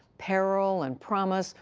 peril and promise,